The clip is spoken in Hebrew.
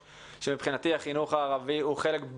הערבי הוא חלק בלתי נפרד מהוועדה.